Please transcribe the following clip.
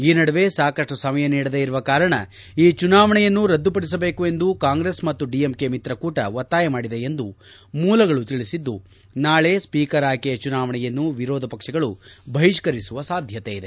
ಈ ನಡುವೆ ಸಾಕಷ್ಟು ಸಮಯ ನೀಡದೇ ಇರುವ ಕಾರಣ ಈ ಚುನಾವಣೆಯನ್ನು ರದ್ದುಪಡಿಸಬೇಕು ಎಂದು ಕಾಂಗ್ರೆಸ್ ಮತ್ತು ಡಿಎಂಕೆ ಮಿತ್ರಕೂಟ ಒತ್ತಾಯ ಮಾಡಿದೆ ಎಂದು ಮೂಲಗಳು ತಿಳಿಸಿದ್ದು ನಾಳೆ ಸ್ಪೀಕರ್ ಆಯ್ಕೆಯ ಚುನಾವಣೆಯನ್ನು ವಿರೋಧಪಕ್ಷಗಳು ಬಹಿಷ್ಕರಿಸುವ ಸಾಧ್ಯತೆ ಇದೆ